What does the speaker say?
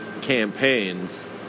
campaigns